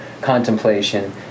contemplation